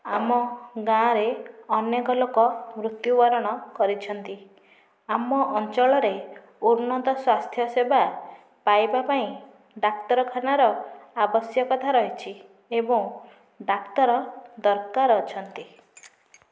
ଆମ ଗାଁରେ ଅନେକ ଲୋକ ମୃତ୍ୟୁବରଣ କରିଛନ୍ତି ଆମ ଅଞ୍ଚଳରେ ଉନ୍ନତ ସ୍ୱାସ୍ଥ୍ୟ ସେବା ପାଇବା ପାଇଁ ଡାକ୍ତରଖାନାର ଆବଶ୍ୟକତା ରହିଛି ଏବଂ ଡାକ୍ତର ଦରକାର ଅଛନ୍ତି